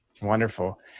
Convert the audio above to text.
wonderful